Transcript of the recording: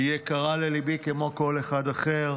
היא יקרה לליבי, כמו כל אחד אחר.